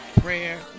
prayer